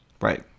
Right